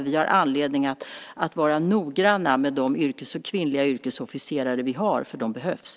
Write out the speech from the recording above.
Vi har anledning att vara noggranna med de kvinnliga yrkesofficerare som vi har för de behövs.